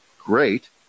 Great